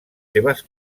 seves